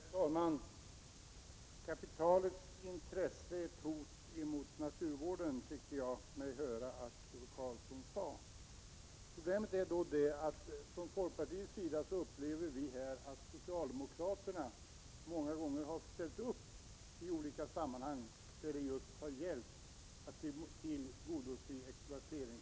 Herr talman! Kapitalets intressen är ett hot mot naturvården, tyckte jag mig höra Ove Karlsson säga. Från folkpartiets sida upplever vi att socialdemokraterna har ställt upp i olika sammanhang där det gällt att tillgodose exploateringsintressen.